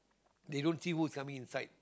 they don't see whose coming inside